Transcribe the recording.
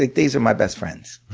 like these are my best friends,